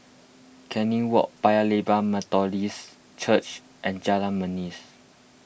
Canning Walk Paya Lebar Methodist Church and Jalan Manis